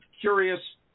curious